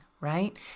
right